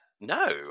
no